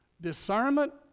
Discernment